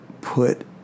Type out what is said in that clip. put